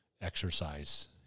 exercise